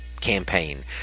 campaign